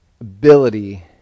ability